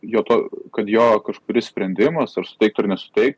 jo to kad jo kažkuris sprendimas ar suteiktų ar ne suteik